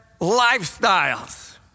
lifestyles